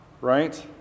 right